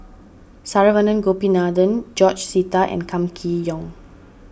Saravanan Gopinathan George Sita and Kam Kee Yong